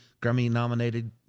Grammy-nominated